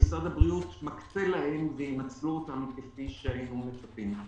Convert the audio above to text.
שמשרד הבריאות מקצה להם וינצלו אותם כפי שהיינו מצפים.